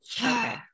Okay